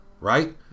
Right